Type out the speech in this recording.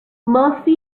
murphy